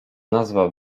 nazwa